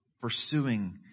pursuing